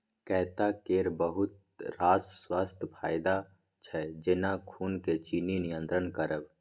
कैता केर बहुत रास स्वास्थ्य फाएदा छै जेना खुनक चिन्नी नियंत्रण करब